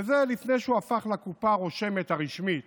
וזה לפני שהוא הפך לקופה הרושמת הרשמית